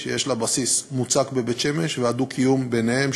שיש לה בסיס מוצק בבית-שמש ולדו-קיום ביניהן,